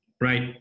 Right